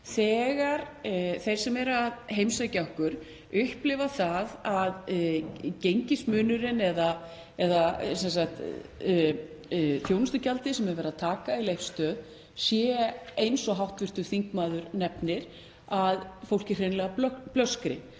þegar þeir sem heimsækja okkur upplifa það að gengismunurinn eða þjónustugjaldið sem er verið að taka í Leifsstöð sé þannig, eins og hv. þingmaður nefnir, að fólki hreinlega blöskri.